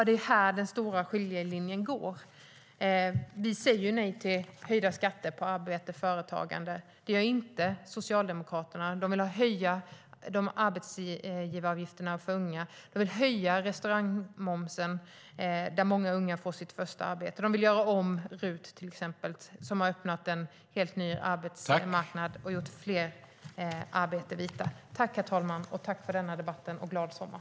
Det är här som den stora skiljelinjen går. Vi säger nej till höjda skatter på arbete och företagande. Det gör inte Socialdemokraterna. De vill höja arbetsgivaravgifterna för unga, de vill höja momsen för restauranger, där många unga får sitt första arbete, och de vill göra om RUT-avdraget som har öppnat en helt ny arbetsmarknad och gjort fler arbeten vita. Jag tackar för debatten och önskar en glad sommar.